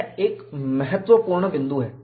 यह एक महत्वपूर्ण बिंदु है